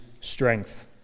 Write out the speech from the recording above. strength